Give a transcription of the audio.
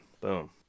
Boom